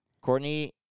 Courtney